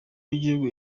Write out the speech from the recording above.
w’igihugu